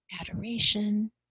adoration